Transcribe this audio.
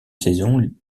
saison